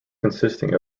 consisting